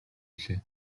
билээ